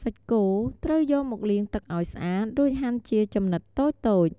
សាច់គោត្រូវយកមកលាងទឹកឱ្យស្អាត រួចហាន់ជាចំណិតតូចៗ។